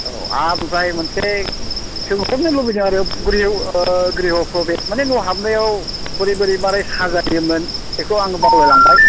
औ आर बिनिफ्राय मोनसे सोंहरनो लुबैदों आरो गृह गृह फ्रबेस मानि न' हाबनायाव बोरै बोरै माने साजायोमोन बेखौ आं बावलाय लांबाय